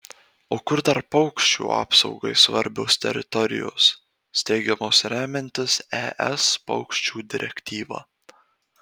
o kur dar paukščių apsaugai svarbios teritorijos steigiamos remiantis es paukščių direktyva